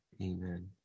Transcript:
Amen